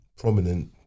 prominent